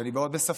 ואני מאוד בספק,